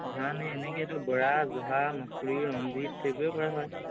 ধান এই এনেকৈটো বৰা জহা মচৰি ৰঞ্জিত সেইবোৰে কৰা হয়